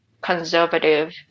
conservative